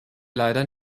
leider